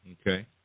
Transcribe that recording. Okay